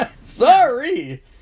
Sorry